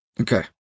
Okay